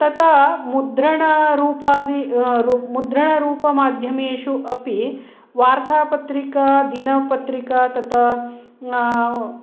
तथा मुद्रणरूपमाध्यमेषु अपि वार्तापत्रिका दिनपत्रिका तत्